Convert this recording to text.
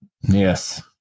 Yes